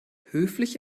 höflich